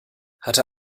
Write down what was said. hatte